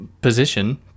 position